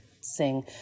sing